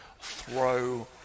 throw